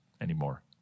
anymore